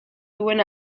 duen